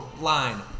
line